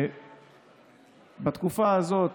בתקופה הזאת